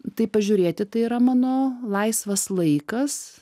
tai pažiūrėti tai yra mano laisvas laikas